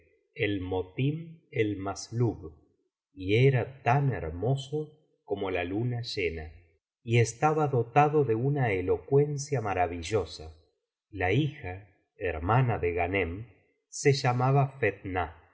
el sobrenombre de el motim el masslub y era tan hermoso como la luna llena y estaba dotado de una elocuencia maravillosa la hija hermana de ghanem se llamaba